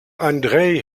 andrei